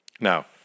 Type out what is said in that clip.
Now